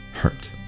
hurt